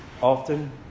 often